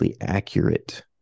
accurate